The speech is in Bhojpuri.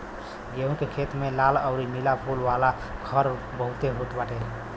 गेंहू के खेत में लाल अउरी नीला फूल वाला खर बहुते होत बाटे